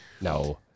No